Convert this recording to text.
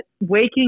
waking